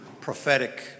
prophetic